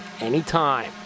anytime